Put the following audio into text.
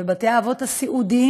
ובתי האבות הסיעודיים,